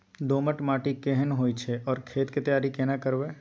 दोमट माटी केहन होय छै आर खेत के तैयारी केना करबै?